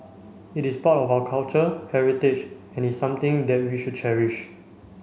it is part of our culture heritage and is something that we should cherish